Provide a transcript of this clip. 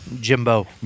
jimbo